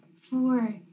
four